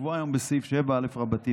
הקבועה היום בסעיף 7א(ב)